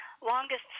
longest